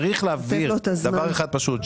צריך להבהיר דבר אחד פשוט.